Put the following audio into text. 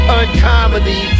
uncomedy